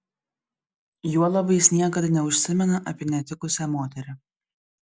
juolab jis niekad neužsimena apie netikusią moterį